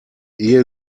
ehe